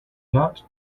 not